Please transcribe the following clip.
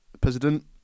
president